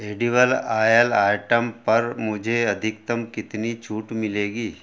edible oil item पर मुझे अधिकतम कितनी छूट मिलेगी